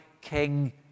King